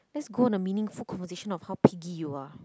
let's go on a meaningful conversation of how piggy you are